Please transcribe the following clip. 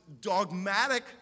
dogmatic